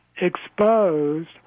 exposed